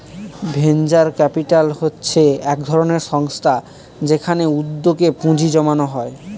venture capital হচ্ছে এক ধরনের সংস্থা যেখানে উদ্যোগে পুঁজি জমানো হয়